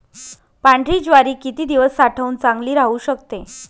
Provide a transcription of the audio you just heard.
पांढरी ज्वारी किती दिवस साठवून चांगली राहू शकते?